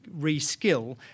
reskill